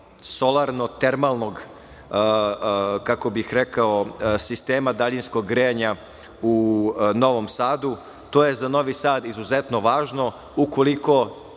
solarno-termalnog, kako bih rekao, sistema daljinskog grejanja u Novom Sadu. To je za Novi Sad izuzetno važno, odnosno